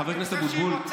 חבר הכנסת אבוטבול,